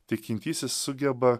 tikintysis sugeba